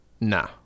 Nah